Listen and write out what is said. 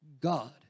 God